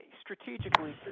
Strategically